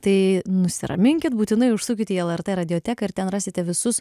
tai nusiraminkit būtinai užsukit į lrt radioteką ir ten rasite visus